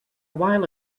while